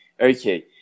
Okay